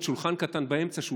עוד שולחן קטן באמצע,